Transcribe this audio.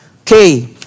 Okay